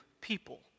people